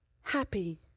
happy